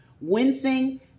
wincing